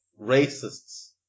racists